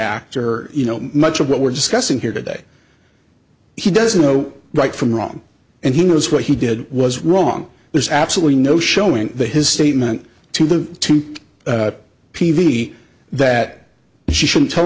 actor you know much of what we're discussing here today he doesn't know right from wrong and he knows what he did was wrong there's absolutely no showing the his statement to the team peavy that she shouldn't tell